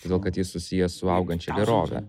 todėl kad jis susijęs su augančia gerove